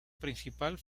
principal